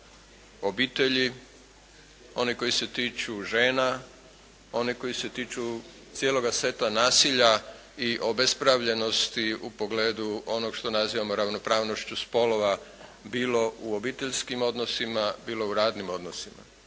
obitelji, oni koji se tiču žena. Oni koji se tiču cijeloga seta nasilja i obespravljenosti u pogledu onoga što nazivamo ravnopravnošću spolova bilo u obiteljskim odnosima bilo u radnim odnosima.